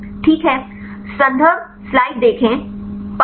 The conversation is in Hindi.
ठीक है